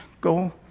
go